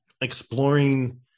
exploring